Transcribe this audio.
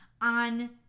on